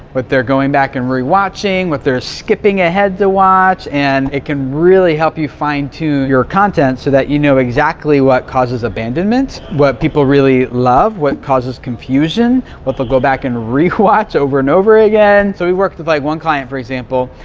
what they're going back and re-watching, what they're skipping ahead to watch and it can really help you fine tune your content so that you know exactly what causes abandonment. what people really love, what causes confusion. what they'll go back and re-watch over and over again. so, we worked with like one client, for example,